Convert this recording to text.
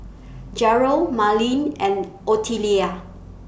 Jerrell Marleen and Ottilia